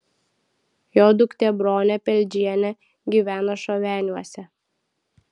jo duktė bronė peldžienė gyvena šoveniuose